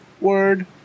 Word